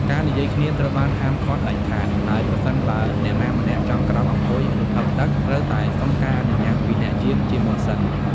ការនិយាយគ្នាត្រូវបានហាមឃាត់ដាច់ខាត ហើយប្រសិនបើអ្នកណាម្នាក់ចង់ក្រោកអង្គុយ ឬផឹកទឹក ត្រូវតែសុំការអនុញ្ញាតពីអ្នកយាមជាមុនសិន។